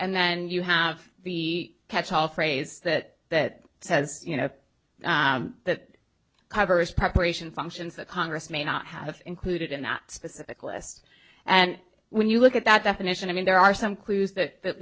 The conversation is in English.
and then you have the catch all phrase that that says you know that covers preparation functions that congress may not have included in that specific list and when you look at that that mission i mean there are some clues that